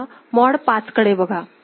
आता मॉड 5 कडे बघा